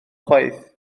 chwaith